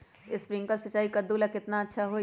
Sprinkler सिंचाई कददु ला केतना अच्छा होई?